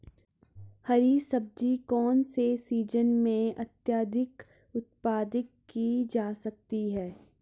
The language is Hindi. हरी सब्जी कौन से सीजन में अत्यधिक उत्पादित की जा सकती है?